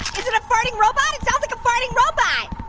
is it a farting robot? it sounds like a farting robot.